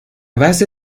base